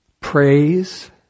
praise